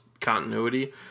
continuity